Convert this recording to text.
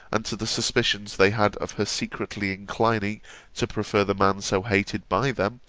and to the suspicions they had of her secretly inclining to prefer the man so hated by them,